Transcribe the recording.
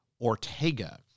Ortega